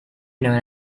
known